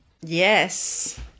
Yes